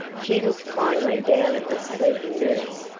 she looked kindly down at the sleeping nurse.